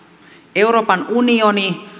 euroopan unioni